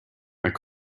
are